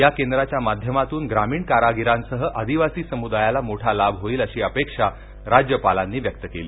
या केंद्राच्या माध्यमातून ग्रामीण कारागिरासह आदिवासी समुदायाला मोठा लाभ होईल अशी अपेक्षा राज्यपालांनी व्यक्त केली